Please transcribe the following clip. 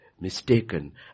mistaken